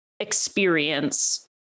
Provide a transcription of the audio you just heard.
experience